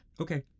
Okay